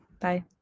Bye